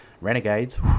Renegades